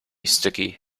sticky